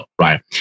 right